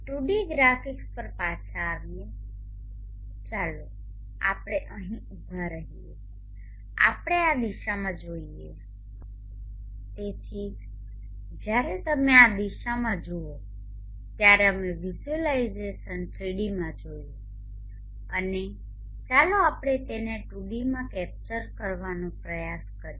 2D graphics પર પાછા આવીએ ચાલો આપણે અહીં ઊભા રહીએ ચાલો આપણે આ દિશામાં જોઈએ તેથી જ્યારે તમે આ દિશામાં જુઓ ત્યારે અમે વિઝ્યુઅલાઈઝેશન 3D માં જોયું અને ચાલો આપણે તેને 2D માં કેપ્ચર કરવાનો પ્રયાસ કરીએ